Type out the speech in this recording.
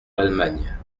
l’allemagne